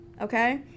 Okay